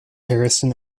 harrison